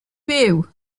byw